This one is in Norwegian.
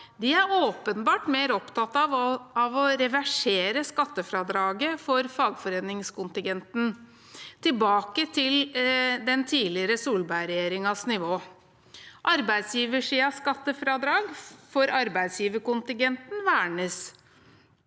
De er åpenbart mer opptatt av å reversere skattefradraget for fagforeningskontingenten – tilbake til den tidligere Solberg-regjeringens nivå. Arbeidsgiversidens skattefradrag for arbeidsgiverkontingenten vernes.